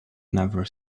never